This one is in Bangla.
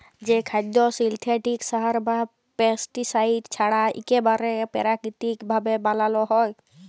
যে খাদ্য কল সিলথেটিক সার বা পেস্টিসাইড ছাড়া ইকবারে পেরাকিতিক ভাবে বানালো হয়